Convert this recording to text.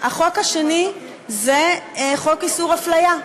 החוק השני הוא חוק איסור אפליה.